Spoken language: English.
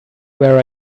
where